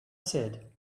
said